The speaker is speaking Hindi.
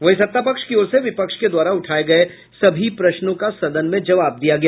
वहीं सत्तापक्ष की ओर से विपक्ष के द्वारा उठाये गये सभी प्रश्नों का सदन में जवाब दिया गया